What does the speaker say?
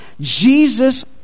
Jesus